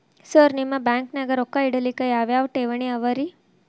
Sir ನಿಮ್ಮ ಬ್ಯಾಂಕನಾಗ ರೊಕ್ಕ ಇಡಲಿಕ್ಕೆ ಯಾವ್ ಯಾವ್ ಠೇವಣಿ ಅವ ರಿ?